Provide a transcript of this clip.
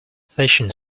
phishing